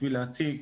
בשביל להציק,